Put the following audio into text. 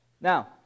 Now